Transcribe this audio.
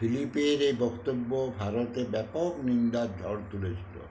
ফিলিপের এ বক্তব্য ভারতে ব্যাপক নিন্দার ঝড় তুলেছিলো